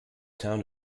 town